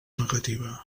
negativa